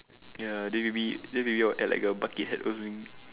ya then maybe then maybe I'll add like a bucket hat or something